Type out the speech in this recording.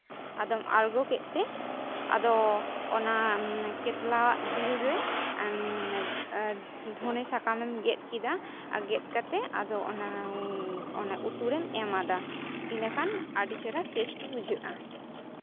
ᱟᱫᱚᱢ ᱟᱬᱜᱚ ᱠᱮᱫ ᱛᱮ ᱟᱫᱚ ᱚᱱᱟ ᱠᱟᱛᱞᱟ ᱟᱜ ᱡᱤᱞ ᱨᱮ ᱫᱷᱚᱱᱮ ᱥᱟᱠᱟᱢᱮᱢ ᱜᱮᱫ ᱠᱮᱫᱟ ᱟᱫᱚ ᱜᱮᱫ ᱠᱟᱛᱮᱫ ᱟᱫᱚ ᱚᱱᱟ ᱚᱱᱟ ᱩᱛᱩ ᱨᱮᱢ ᱮᱢᱟᱫᱟ ᱤᱱᱟᱹᱠᱷᱟᱱ ᱟᱹᱰᱤ ᱪᱮᱦᱨᱟ ᱴᱮᱥᱴ ᱵᱩᱡᱷᱟᱹᱜᱼᱟ